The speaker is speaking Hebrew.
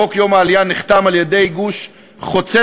חוק יום העלייה נחתם על-ידי גוש חוצה